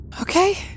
okay